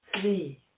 three